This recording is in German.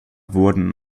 wurden